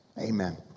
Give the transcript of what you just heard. Amen